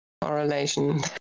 correlation